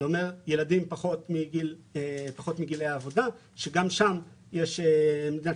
זה אומר ילדים מתחת לגילי עבודה שגם שם אנחנו